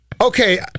Okay